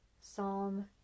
Psalm